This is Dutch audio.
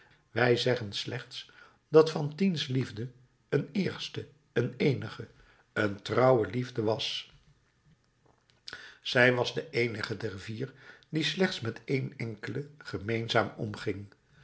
wij zeggen slechts dat fantine's liefde een eerste een eenige een trouwe liefde was zij was de eenige der vier die slechts met een enkele gemeenzaam omging